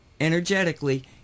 energetically